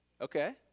Okay